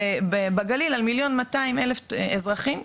בגליל על 1.2 מיליון אזרחים,